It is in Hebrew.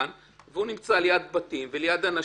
והוא נמצא ליד בתים וליד אנשים,